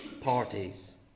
parties